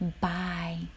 Bye